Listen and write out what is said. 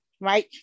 right